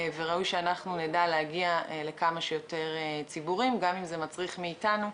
וראוי שאנחנו נדע להגיע לכמה שיותר ציבורים גם אם זה מצריך מאמץ.